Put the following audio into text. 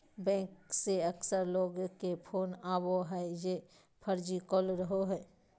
bank से अक्सर लोग के फोन आवो हइ जे फर्जी कॉल रहो हइ